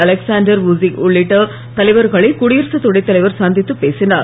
Alexander Vucic உள்ளிட்ட தலைவர்களை குடியரசுத் துணைத் தலைவர் சந்தித்துப் பேசினார்